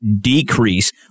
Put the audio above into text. decrease